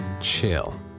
Chill